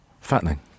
Fattening